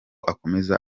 akomeza